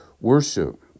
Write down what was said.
Worship